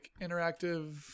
Interactive